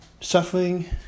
suffering